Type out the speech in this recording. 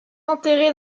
enterrée